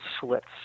slits